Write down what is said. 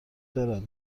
دارد